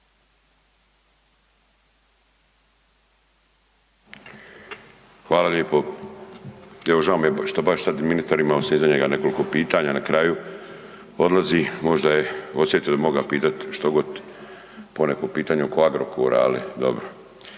Hvala lijepo. Evo žao mi je što baš sad ministar ima …/Govornik se ne razumije/… nekoliko pitanja, na kraju odlazi, možda je osjetio da bi moga pitat štogod poneko pitanje oko Agrokora, ali dobro.